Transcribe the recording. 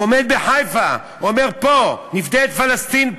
הוא עומד בחיפה והוא אומר: פה נפדה את פלסטין,